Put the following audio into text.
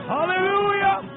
Hallelujah